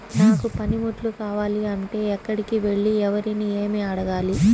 నాకు పనిముట్లు కావాలి అంటే ఎక్కడికి వెళ్లి ఎవరిని ఏమి అడగాలి?